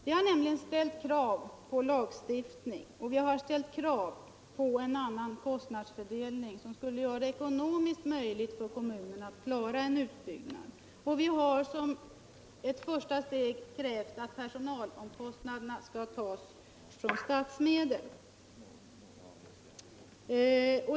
Vpk har nämligen ställt krav på lagstiftning och vpk har ställt krav på en annan kostnadsfördelning som skulle göra det ekonomiskt möjligt för kommunerna att klara en utbyggnad. Vpk har som ett första steg krävt att personalomkostnaderna skall bestridas med statsmedel.